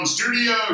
Studio